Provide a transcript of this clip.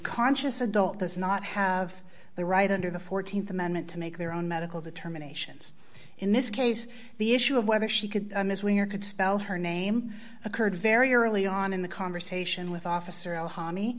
conscious adult does not have the right under the th amendment to make their own medical determinations in this case the issue of whether she could miss when you're could spell her name occurred very early on in the conversation with officer